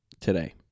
today